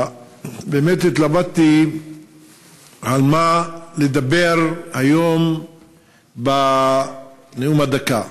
התלבטתי על מה לדבר היום בנאום הדקה: